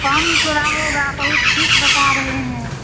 कम थोड़ा होगा बहुत फीस बता रहे हैं